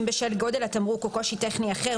אם בשל גודל התמרוק או קושי טכני אחר,